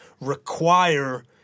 require